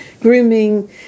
grooming